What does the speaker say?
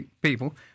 people—